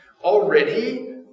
Already